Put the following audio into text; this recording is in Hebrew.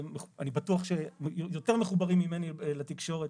אני בטוח שיותר מחוברים ממני לתקשורת,